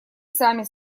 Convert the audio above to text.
сами